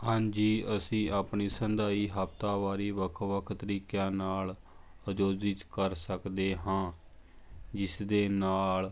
ਹਾਂਜੀ ਅਸੀਂ ਆਪਣੀ ਸੰਧਾਈ ਹਫ਼ਤਾਵਾਰੀ ਵੱਖ ਵੱਖ ਤਰੀਕਿਆਂ ਨਾਲ ਆਯੋਜਿਤ ਕਰ ਸਕਦੇ ਹਾਂ ਜਿਸ ਦੇ ਨਾਲ